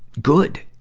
good.